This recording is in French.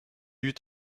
eut